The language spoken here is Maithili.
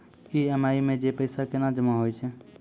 ई.एम.आई मे जे पैसा केना जमा होय छै?